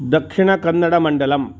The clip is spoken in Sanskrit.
दक्षिणकन्नडमण्डलं